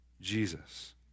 Jesus